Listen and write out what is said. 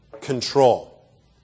control